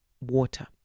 Water